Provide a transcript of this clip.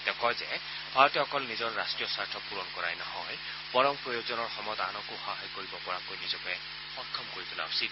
তেওঁ কয় যে ভাৰতে অকল নিজৰ ৰাট্টীয় স্বাৰ্থ পূৰণ কৰাই নহয় বৰং প্ৰয়োজনৰ সময়ত আনকো সহায় কৰিব পৰাকৈ নিজকে সক্ষম কৰি তোলা উচিত